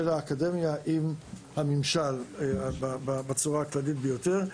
האקדמיה עם הממשלה בצורה הכללית ביותר.